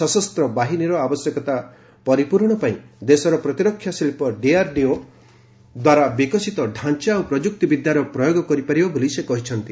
ସଶସ୍ତ ବାହିନୀର ଆବଶ୍ୟକତା ପ୍ରରଣ ପାଇଁ ଦେଶର ପ୍ରତିରକ୍ଷା ଶିଳ୍ପ ଡିଆର୍ଡିଓ ଦ୍ୱାରା ବିକଶିତ ଢାଞ୍ଚା ଓ ପ୍ରଯ୍ରକ୍ତି ବିଦ୍ୟାର ପ୍ରୟୋଗ କରିପାରିବ ବୋଲି ସେ କହିଛନ୍ତି